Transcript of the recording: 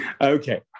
Okay